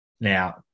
now